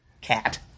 cat